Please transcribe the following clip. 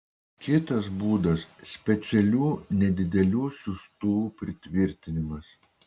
kitas būdas specialių nedidelių siųstuvų pritvirtinimas